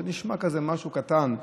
זה נשמע כזה משהו קטן,